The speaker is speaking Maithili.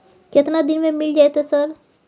केतना दिन में मिल जयते सर?